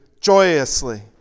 joyously